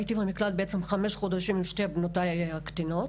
בעצם חמישה חודשים עם שתי בנותיי הקטינות.